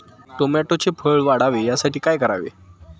टोमॅटोचे फळ वाढावे यासाठी काय करावे?